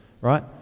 Right